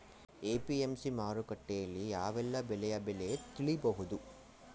APMC ಮಾರುಕಟ್ಟೆಯಲ್ಲಿ ಯಾವೆಲ್ಲಾ ಬೆಳೆಯ ಬೆಲೆ ತಿಳಿಬಹುದು?